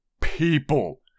people